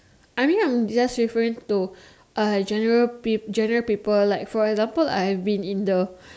I mean I'm referring to general people like for example I've been in the